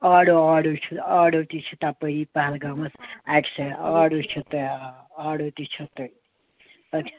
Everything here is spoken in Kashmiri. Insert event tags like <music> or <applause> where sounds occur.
آڈو آڈو چھِ آڈو تہِ چھِ تَپٲری پہلگامَس اَکہِ سٔے آڈو چھِ آ آڈَو تہِ چھِ تَتہِ <unintelligible>